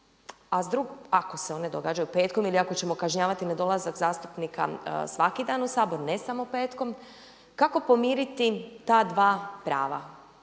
i vijećnika ako se oni događaju petkom ili ako ćemo kažnjavati nedolazak zastupnika svaki dan u Sabor ne samo petkom, kako pomiriti ta dva prava